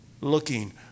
looking